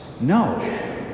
No